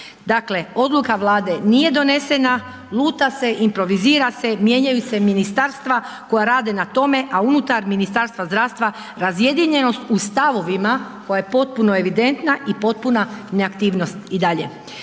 Dakle, odluka Vlade nije donesena, luta se, improvizira se, mijenjaju se ministarstva koja rade na tome, a unutar Ministarstva zdravstva razjedinjenost u stavovima koja je potpuno evidentna i potpuna neaktivnost i dalje.